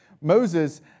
Moses